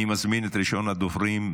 אני מזמין את ראשון הדוברים,